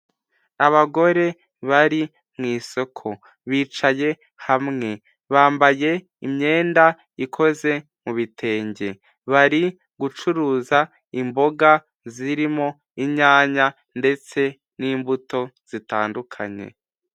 Abagore bari mu isoko bicaye hamwe, bambaye imyenda ikoze mu bitenge bari gucuruza imboga zirimo, inyanya ndetse n'imbuto zitandukanye.